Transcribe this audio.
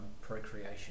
Procreation